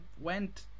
went